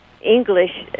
english